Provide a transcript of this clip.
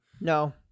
No